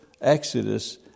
Exodus